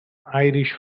irish